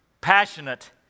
passionate